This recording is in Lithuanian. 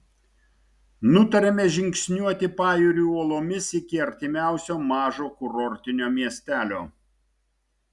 nutarėme žingsniuoti pajūriu uolomis iki artimiausio mažo kurortinio miestelio